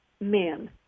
men